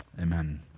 Amen